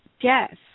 Yes